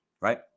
Right